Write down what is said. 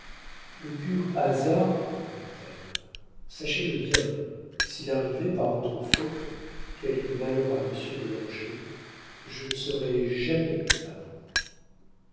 le pur hasard reprit-elle sachez-le bien s'il arrivait par votre faute quelque malheur à monsieur de langeais je ne serais jamais à vous